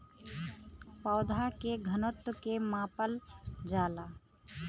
पौधा के घनत्व के मापल जाला